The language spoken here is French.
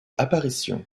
apparition